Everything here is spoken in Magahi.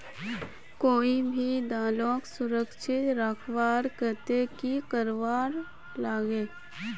कोई भी दालोक सुरक्षित रखवार केते की करवार लगे?